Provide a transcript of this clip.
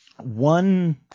one